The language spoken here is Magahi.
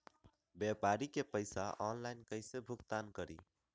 व्यापारी के पैसा ऑनलाइन कईसे भुगतान करी?